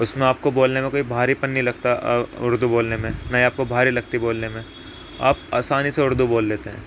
اس میں آپ کو بولنے میں کوئی بھاری پن نہیں لگتا اردو بولنے میں نا ہی آپ کو بھاری لگتی بولنے میں آپ آسانی سے اردو بول لیتے ہیں